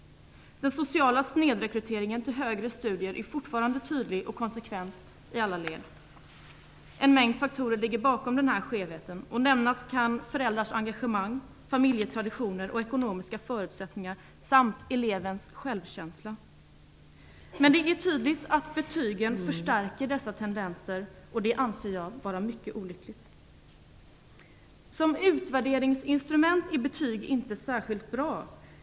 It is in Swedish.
Den sociala snedrekryteringen till högre studier är fortfarande tydlig och konsekvent i alla led. En mängd faktorer ligger bakom denna skevhet. Nämnas kan föräldrars engagemang, familjetraditioner och ekonomiska förutsättningar samt elevens självkänsla. Det är tydligt att betygen förstärker dessa tendenser, och det anser jag vara mycket olyckligt. Som utvärderingsinstrument är betyg inte särskilt bra.